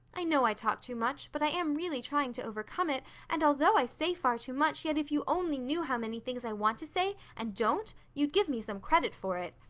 i know i talk too much, but i am really trying to overcome it, and although i say far too much, yet if you only knew how many things i want to say and don't, you'd give me some credit for it.